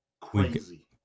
Crazy